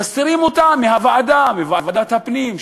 ומסתירים אותה מוועדת הפנים,